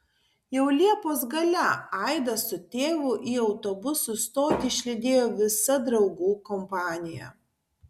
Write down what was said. jau liepos gale aidą su tėvu į autobusų stotį išlydėjo visa draugų kompanija